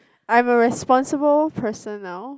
I'm a responsible person now